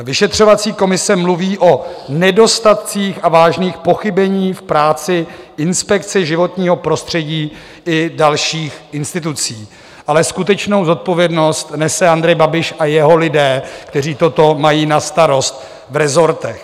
Vyšetřovací komise mluví o nedostatcích a vážných pochybeních v práci Inspekce životního prostředí i dalších institucí, ale skutečnou zodpovědnost nese Andrej Babiš a jeho lidé, kteří toto mají na starost v resortech.